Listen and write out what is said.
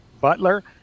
Butler